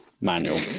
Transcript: manual